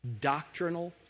doctrinal